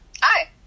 Hi